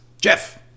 Jeff